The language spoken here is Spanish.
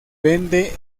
vende